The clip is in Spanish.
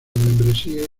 membresía